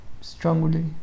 strongly